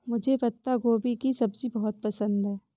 मुझे पत्ता गोभी की सब्जी बहुत पसंद है